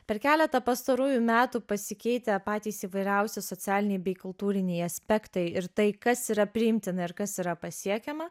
per keletą pastarųjų metų pasikeitę patys įvairiausi socialiniai bei kultūriniai aspektai ir tai kas yra priimtina ir kas yra pasiekiama